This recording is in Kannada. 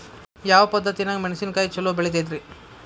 ಯಾವ ಪದ್ಧತಿನ್ಯಾಗ ಮೆಣಿಸಿನಕಾಯಿ ಛಲೋ ಬೆಳಿತೈತ್ರೇ?